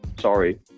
Sorry